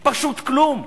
פשוט כלום.